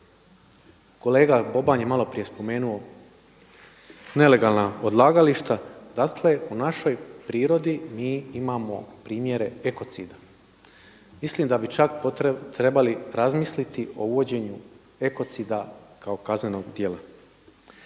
Kolega Boban je malo prije spomenuo nelegalna odlagališta. Dakle u našoj prirodi mi imamo primjere ekocida. Mislim da bi čak trebali razmisliti o uvođenju ekocida kao kaznenog djela.